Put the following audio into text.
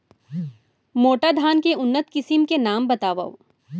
मोटा धान के उन्नत किसिम के नाम बतावव?